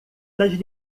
das